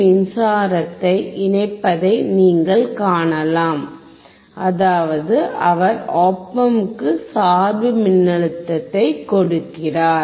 மின்சாரத்தை இணைப்பதை நீங்கள் காணலாம் அதாவது அவர் op ampஇக்கு சார்பு மின்னழுத்தத்தைப் கொடுக்கிறார்